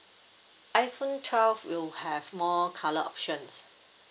iphone twelve will have more colour options